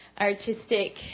artistic